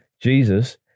Jesus